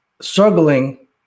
struggling